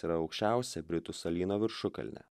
yra aukščiausia britų salyno viršukalnė